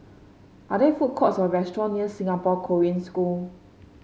are there food courts or restaurant near Singapore Korean School